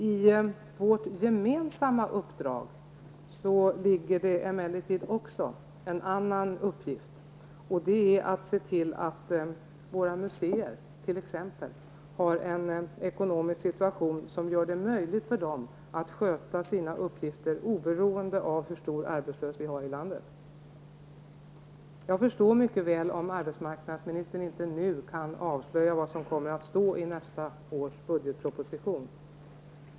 I vårt gemensamma uppdrag ligger emellertid också en annan uppgift, nämligen att se till att exempelvis våra museer har en ekonomisk situation som gör det möjligt för dem att sköta sina uppgifter oberoende av hur stor arbetslösheten är i landet. Jag förstår mycket väl om arbetsmarknadsministern inte nu kan avslöja vad som kommer att stå i nästa års budgetproposition.